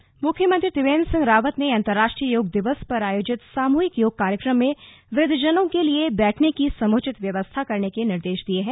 योग तैयारी मुख्यमंत्री त्रिवेन्द्र सिंह रावत ने अंतर्राष्ट्रीय योग दिवस पर आयोजित सामूहिक योग कार्यक्रम में वुद्वजनों के लिए बैठने की समुचित व्यवस्था करने के निर्देश दिए हैं